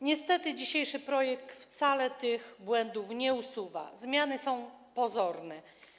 Niestety dzisiejszy projekt wcale tych błędów nie usuwa, zmiany są pozorne.